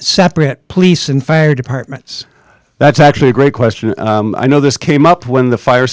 separate police and fire departments that's actually a great question i know this came up when the fire